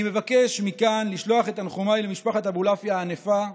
אני מבקש מכאן לשלוח את תנחומיי למשפחת אבולעפיה הענפה.